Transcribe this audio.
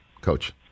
coach